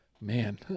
Man